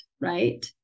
right